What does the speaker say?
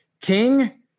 King